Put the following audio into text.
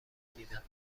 دیدم